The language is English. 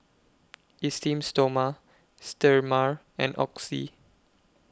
Esteem Stoma Sterimar and Oxy